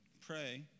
pray